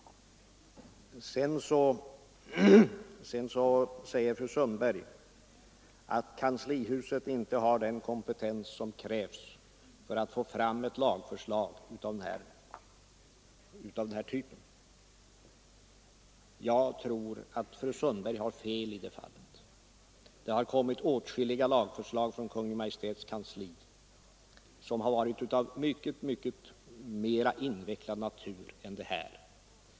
Sedan säger fru Sundberg att kanslihuset inte har den kompetens som krävs för att få fram ett lagförslag av den här typen. Jag tror att fru Sundberg har fel i det fallet. Det har kommit åtskilliga lagförslag från Kungl. Maj:ts kansli som har varit av mycket mera invecklad natur än detta.